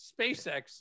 SpaceX